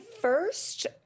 first